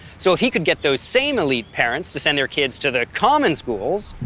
so if he could get those same elite parents to send their kids to the common schools.